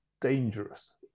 dangerous